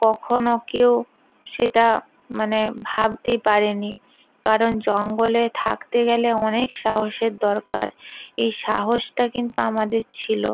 কখনো কেউ সেটা মানে ভাবতেই পারে নি কারণ জঙ্গলে থাকতে গেলে অনেক সাহসের দরকার এই সাহসটা কিন্তু আমাদের ছিলো